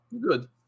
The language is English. good